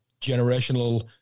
generational